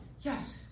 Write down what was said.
Yes